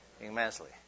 immensely